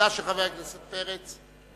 שאלה לחבר הכנסת פרץ.